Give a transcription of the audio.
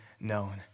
known